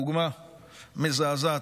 דוגמה מזעזעת,